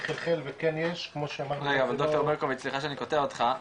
חלחל וכן יש כמו שאמרתי --- אבל ד"ר ברקוביץ' סליחה שאני קוטע אותך,